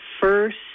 first